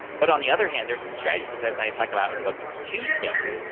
but on the other hand, there's some strategies that but i talk about in the book to scale this.